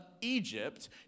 Egypt